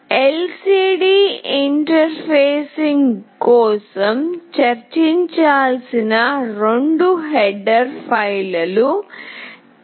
LCD interfacing కోసం చేర్చాల్సిన రెండు హెడర్ ఫైల్లు TextLCD